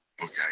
okay